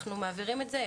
אנחנו מעבירים את זה.